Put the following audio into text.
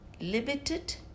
limited